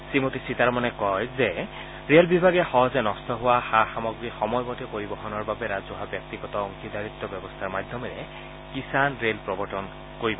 শ্ৰীমতী সীতাৰমনে কয় যে ৰেল বিভাগে সহজে নষ্ট হোৱা সা সামগ্ৰী সময়মতে পৰিবহণৰ বাবে ৰাজহুৱা ব্যক্তিগত অংশীদাৰিত্ব ব্যৱস্থাৰ মাধ্যমেৰে কিষাণ ৰেল প্ৰৱৰ্তন কৰা হ'ব